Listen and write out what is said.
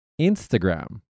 Instagram